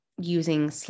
using